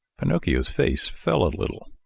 pinocchio's face fell a little.